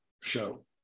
show